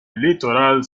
litoral